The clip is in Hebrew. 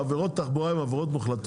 נכון אבל עבירות תחבורה הן מוחלטות